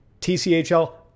TCHL